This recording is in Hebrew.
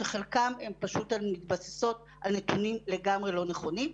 שחלקן פשוט מתבססות על נתונים לגמרי לא נכונים,